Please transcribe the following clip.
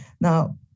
Now